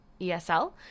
ESL